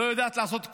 לא יודעת לעשות כלום.